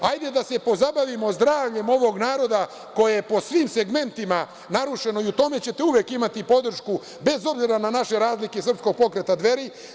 Hajde da se pozabavimo zdravljem ovog naroda koje je po svim segmentima narušeno i u tome ćete uvek imati podršku, bez obzira na naše razlike, Srpskog pokreta Dveri.